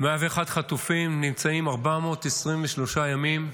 101 חטופים נמצאים 423 ימים במנהרות.